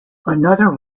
another